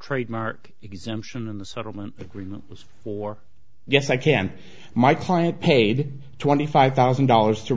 trademark exemption in the settlement agreement was for yes i can my client paid twenty five thousand dollars to